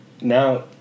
now